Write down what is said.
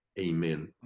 amen